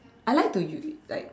I like to you like